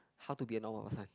how to be a normal person